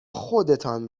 خودتان